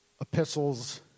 epistles